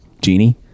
genie